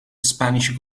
spanish